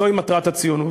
זאת מטרת הציונות,